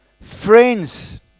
friends